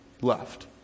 left